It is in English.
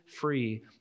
free